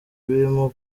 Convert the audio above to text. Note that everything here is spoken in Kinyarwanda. birimo